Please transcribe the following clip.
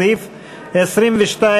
סעיף 22